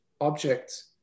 objects